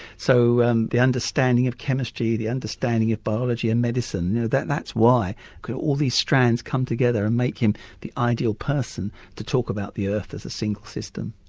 so um the understanding of chemistry, the understanding of biology and medicine, yeah that's why all these strands come together and make him the ideal person to talk about the earth as a single system.